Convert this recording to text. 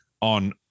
on